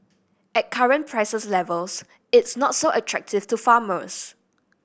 at current prices levels it's not so attractive to farmers